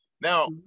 Now